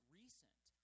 recent